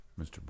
Mr